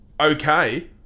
okay